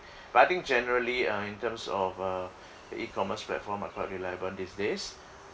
but I think generally uh in terms of uh E commerce platform are quite reliable these days